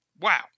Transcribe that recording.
Wow